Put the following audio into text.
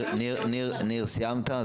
סיימת.